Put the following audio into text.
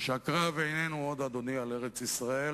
שהקרב איננו עוד, אדוני, על ארץ-ישראל.